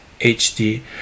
HD